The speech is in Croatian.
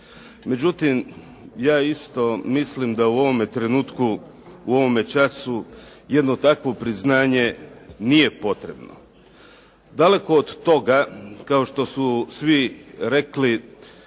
Međutim, ja isto mislim da u ovome trenutku, u ovome času jedno takvo priznanje nije potrebno. Daleko od toga kao što su svi rekli